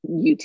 UT